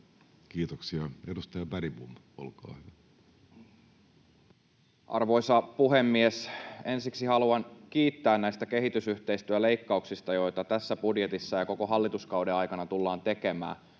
Time: 11:44 Content: Arvoisa puhemies! Ensiksi haluan kiittää näistä kehitysyhteistyöleikkauksista, joita tässä budjetissa ja koko hallituskauden aikana tullaan tekemään